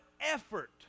effort